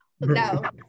No